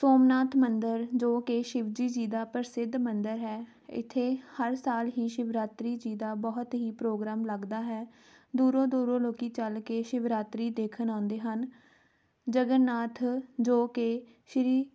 ਸੋਮਨਾਥ ਮੰਦਰ ਜੋ ਕਿ ਸ਼ਿਵਜੀ ਜੀ ਦਾ ਪ੍ਰਸਿੱਧ ਮੰਦਿਰ ਹੈ ਇੱਥੇ ਹਰ ਸਾਲ ਹੀ ਸ਼ਿਵਰਾਤਰੀ ਜੀ ਦਾ ਬਹੁਤ ਹੀ ਪ੍ਰੋਗਰਾਮ ਲੱਗਦਾ ਹੈ ਦੂਰੋਂ ਦੂਰੋਂ ਲੋਕ ਚੱਲ ਕੇ ਸ਼ਿਵਰਾਤਰੀ ਦੇਖਣ ਆਉਂਦੇ ਹਨ ਜਗਨਨਾਥ ਜੋ ਕਿ ਸ਼੍ਰੀ